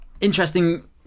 Interesting